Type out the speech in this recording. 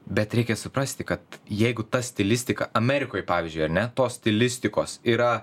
bet reikia suprasti kad jeigu ta stilistika amerikoj pavyzdžiui ar ne tos stilistikos yra